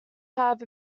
have